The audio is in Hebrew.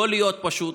לא להיות פשוט.